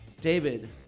David